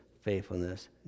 faithfulness